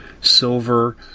silver